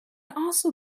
also